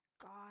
God